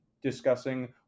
discussing